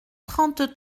trente